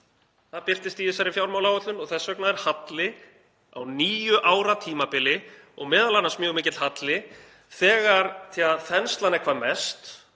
Það birtist í þessari fjármálaáætlun og þess vegna er halli á níu ára tímabili og m.a. mjög mikill halli þegar þenslan er hvað mest.